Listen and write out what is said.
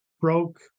broke